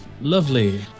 lovely